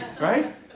right